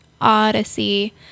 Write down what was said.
Odyssey